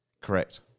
Correct